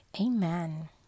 Amen